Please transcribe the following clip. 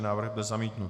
Návrh byl zamítnut.